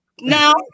No